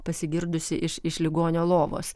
pasigirdusi iš iš ligonio lovos